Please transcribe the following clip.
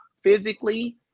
physically